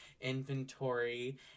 Inventory